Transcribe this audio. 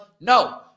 No